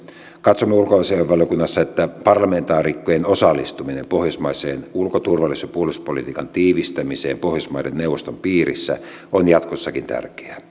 katsomme ulkoasiainvaliokunnassa että parlamentaarikkojen osallistuminen pohjoismaiseen ulko turvallisuus ja puolustuspolitiikan tiivistämiseen pohjoismaiden neuvoston piirissä on jatkossakin tärkeää